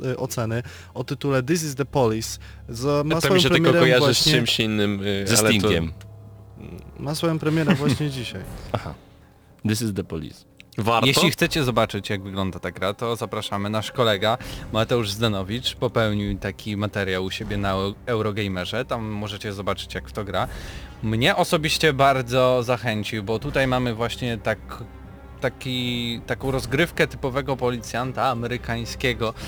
y, oceny o tytule This is the Police za- To mi ma swoją się tylko premierę kojarzy z właśnie- czymś innym, y, Ze ale to- Stingiem. Ma swoją premierę właśnie dzisiaj. Aha. This is the Police. Warto? Jeśli chcecie zobaczyć, jak wygląda ta gra, to zapraszamy. Nasz kolega Mateusz Zdenowicz popełnił taki materiał u siebie na Eurogamerze. Tam możecie zobaczyć, jak w to gra. Mnie osobiście bardzo zachęcił, bo tutaj mamy właśnie tak- taki- taką rozgrywkę typowego policjanta amerykańskiego.